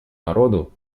народу